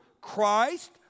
Christ